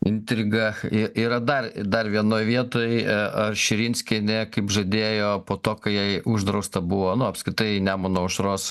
intriga i yra dar dar vienoj vietoj ar širinskienė kaip žadėjo po to kai jai uždrausta buvo nu apskritai nemuno aušros